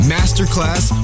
Masterclass